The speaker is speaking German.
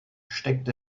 steckt